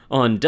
on